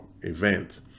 event